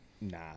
nah